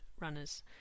runners